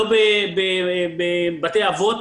לא בבתי אבות,